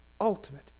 ultimate